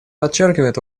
подчеркивает